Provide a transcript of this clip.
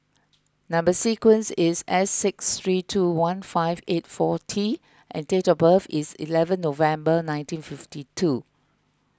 Number Sequence is S six three two one five eight four T and date of birth is eleven November nineteen fifty two